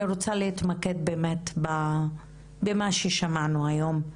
אני רוצה להתמקד באמת במה ששמענו היום,